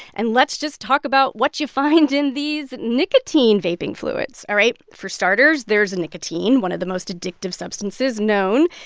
and let's just talk about what you find in these nicotine vaping fluids all right, for starters, there's a nicotine one of the most addictive substances known.